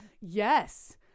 Yes